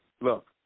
look